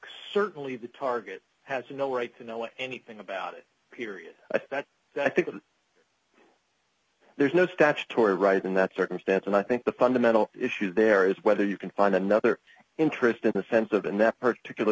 certainly the target has no right to know anything about it period that i think there's no statutory right in that circumstance and i think the fundamental issue there is whether you can find another interest in the sense of in that particular